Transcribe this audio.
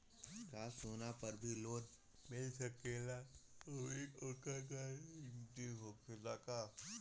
का सोना पर भी लोन मिल सकेला आउरी ओकर गारेंटी होखेला का?